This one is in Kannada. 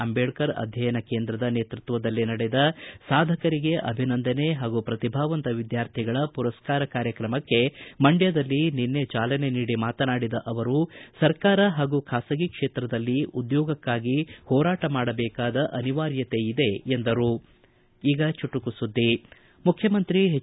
ಅಂಬೇಡ್ನರ್ ಅಧ್ಯಯನ ಕೇಂದ್ರದ ನೇತೃತ್ವದಲ್ಲಿ ನಡೆದ ಸಾಧಕರಿಗೆ ಅಭಿನಂದನೆ ಹಾಗೂ ಪ್ರತಿಭಾವಂತ ವಿದ್ಯಾರ್ಥಿಗಳ ಪುರಸ್ಕಾರ ಕಾರ್ಯಕ್ರಮಕ್ಕೆ ಮಂಡ್ಕದಲ್ಲಿ ನಿನ್ನೆ ಚಾಲನೆ ನೀಡಿ ಮಾತನಾಡಿದ ಅವರು ಸರ್ಕಾರ ಹಾಗೂ ಖಾಸಗಿ ಕ್ಷೇತ್ರದಲ್ಲಿ ಉದ್ಯೋಗಕ್ಕಾಗಿ ಹೋರಾಟ ಮಾಡಬೇಕಾದ ಅನಿವಾರ್ಯತೆ ಇದೆ ಎಂದರು ಮುಖ್ಯಮಂತ್ರಿ ಹೆಚ್